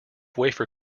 wafer